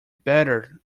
better